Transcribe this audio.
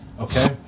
Okay